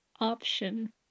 option